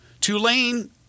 Tulane